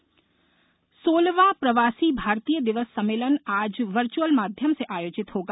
प्रवासी भारतीय दिवस सोलहवां प्रवासी भारतीय दिवस सम्मेलन आज वर्चुअल माध्यम से आयोजित होगा